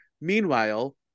Meanwhile